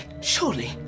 Surely